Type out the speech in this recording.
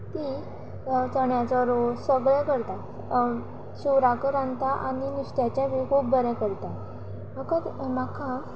ती चण्याचो रोस सगळे करता शिवराक रांदता आनी नुस्त्याचे बी खूब बरें करता म्हाका म्हाका